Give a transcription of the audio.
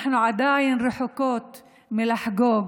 אנחנו עדיין רחוקות מלחגוג,